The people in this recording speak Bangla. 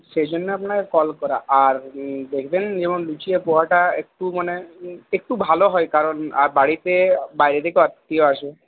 সেইজন্য আপনাকে কল করা আর দেখবেন যেমন লুচি আর পোহাটা একটু মানে একটু ভালো হয় কারণ আর বাড়িতে বাইরে থেকে আত্মীয় আসবে